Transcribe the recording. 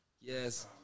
Yes